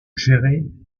géré